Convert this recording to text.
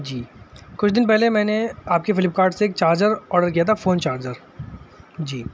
جی کچھ دن پہلے میں نے آپ کے فلپکارٹ سے ایک چارجر اور ایک لیا تھا فون چارجر جی